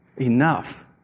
enough